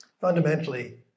fundamentally